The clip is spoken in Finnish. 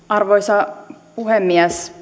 arvoisa puhemies